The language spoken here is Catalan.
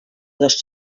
dos